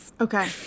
Okay